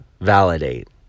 validate